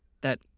that-